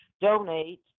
donate